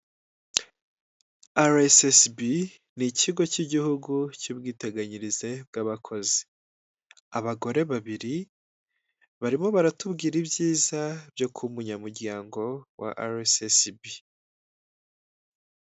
RSSB ni ikigo cy'igihugu cy'ubwiteganyirize bw'abakozi abagore babiri barimo baratubwira ibyiza byo kuba umunyamuryango wa RSSB.